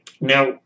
Now